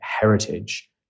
heritage